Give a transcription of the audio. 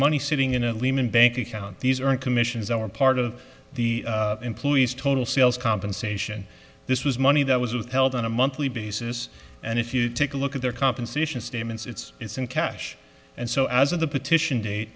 money sitting in a lehman bank account these aren't commissions are part of the employee's total sales compensation this was money that was withheld on a monthly basis and if you take a look at their compensation statements it's it's in cash and so as of the petition date